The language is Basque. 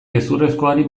gezurrezkoari